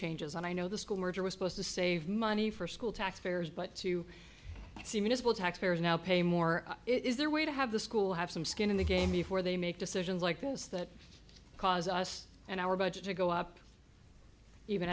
changes and i know the school merger was supposed to save money for school taxpayers but you see municipal taxpayers now pay more it is their way to have the school have some skin in the game before they make decisions like this that cause us and our budget to go up